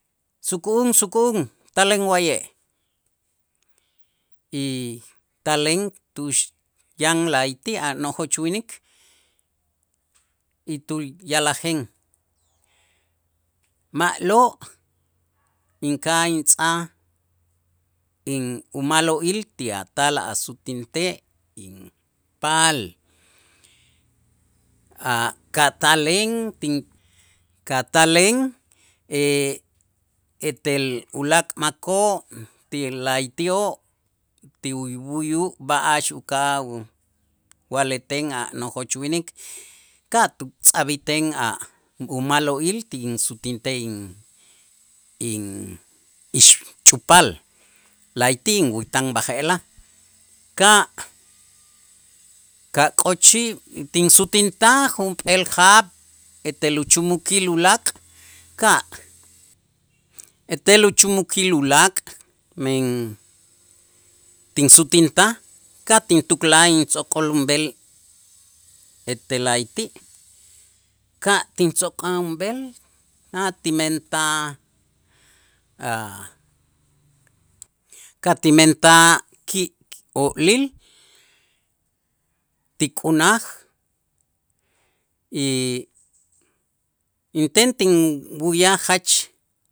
suku'un, suku'un taleen wa'ye' y taleen tu'ux yan la'ayti' a nojoch winik y tuya'lajen ma'lo' inka'aj intz'aj in uma'lo'il ti a' tal asutintej inpaal, a' ka' taleen tin ka taleen etel ulaak' makoo' ti la'ayti'oo' ti uyb'uyu' b'a'ax uka'aj wa'lejten a nojoch winik ka' tutz'ajb'iten a' uma'lo'il ti insutintej in- in ixch'upaal la'ayti' inwätan b'aje'laj, ka' ka' kak'ochij tinsutintaj junp'eel jaab' etel uchumukil ulaak', ka' etel uchumukil ulaak' men tinsutintaj ka' tintuklaj intz'o'kol inb'el etel la'ayti' ka' tintz'o'kol unb'el a' tinmentaj a', ka' tinmentaj ki' oolil ti k'unaj y inten tinwu'yaj jach